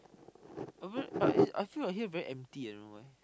over uh I feel like here very empty I don't know why